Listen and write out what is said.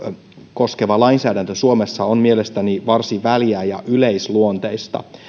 koskeva lainsäädäntö suomessa on mielestäni varsin väljää ja yleisluonteista